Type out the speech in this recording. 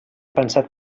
pensat